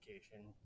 education